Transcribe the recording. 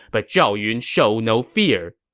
but zhao yun showed no fear.